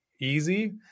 easy